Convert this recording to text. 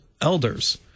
elders